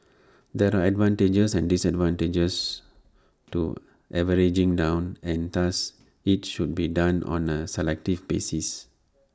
there are advantages and disadvantages to averaging down and thus IT should be done on A selective basis